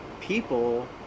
people